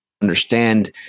understand